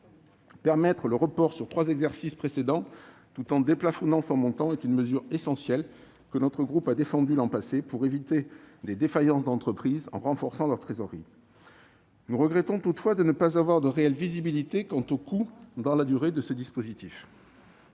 Permettre le report sur les trois exercices précédents tout en en déplafonnant le montant est une mesure essentielle, que le groupe Les Républicains a défendue l'an passé pour éviter les défaillances d'entreprises en renforçant leur trésorerie. Nous regrettons toutefois de ne pas disposer de réelle visibilité quant au coût de ce dispositif